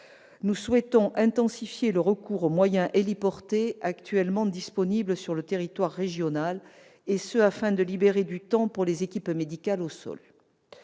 Nous souhaitons intensifier le recours aux moyens héliportés actuellement disponibles sur le territoire régional, et ce afin de libérer du temps pour les équipes médicales au sol.